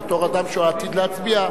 בתור אדם שעתיד להצביע,